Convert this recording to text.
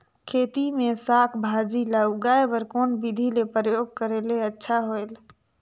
खेती मे साक भाजी ल उगाय बर कोन बिधी कर प्रयोग करले अच्छा होयल?